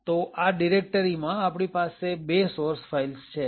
તો આ ડિરેક્ટરી માં આપણી પાસે બે સોર્સ ફાઈલ્સ છે